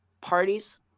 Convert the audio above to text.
parties